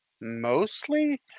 mostly